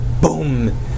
boom